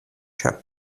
ĉar